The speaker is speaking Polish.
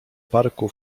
parku